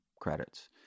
credits